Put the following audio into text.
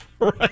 Right